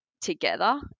together